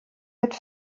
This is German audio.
mit